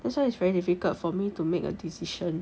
that's why it's very difficult for me to make a decision